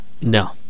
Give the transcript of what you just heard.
No